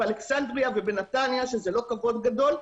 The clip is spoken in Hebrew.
באלכסנדריה ובנתניה שזה לא כבוד גדול.